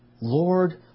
Lord